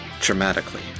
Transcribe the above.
dramatically